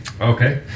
Okay